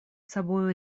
собою